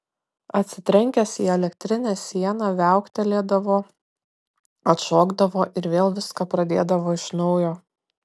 atsitrenkęs į elektrinę sieną viauktelėdavo atšokdavo ir vėl viską pradėdavo iš naujo